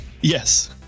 yes